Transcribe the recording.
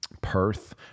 Perth